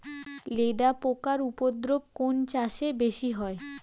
লেদা পোকার উপদ্রব কোন চাষে বেশি হয়?